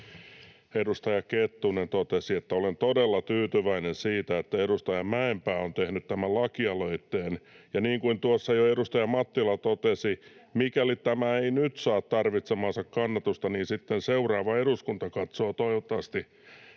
edustaja Kettunen totesi: ”Olen todella tyytyväinen siitä, että edustaja Mäenpää on tehnyt tämän lakialoitteen, ja niin kuin tuossa jo edustaja Mattila totesi, mikäli tämä ei nyt saa tarvitsemaansa kannatusta, niin sitten seuraava eduskunta katsoo toivottavasti,